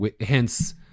hence